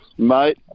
Mate